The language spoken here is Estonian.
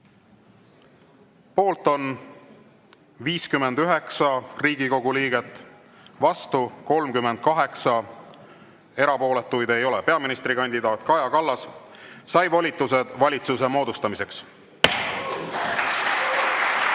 Poolt on 59 Riigikogu liiget, vastu 38, erapooletuid ei ole. Peaministrikandidaat Kaja Kallas sai volitused valitsuse moodustamiseks.